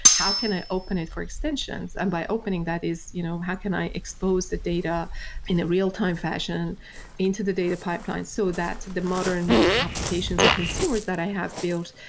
how can i open it for extensions? and by opening that is, you know how can i expose the data in a real-time fashion into the data pipeline so that the modern applications of consumers that i have built,